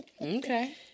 Okay